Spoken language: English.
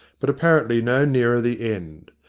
but apparently no nearer the end.